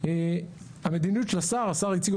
תקום